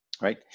Right